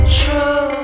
true